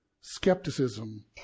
skepticism